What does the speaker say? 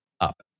up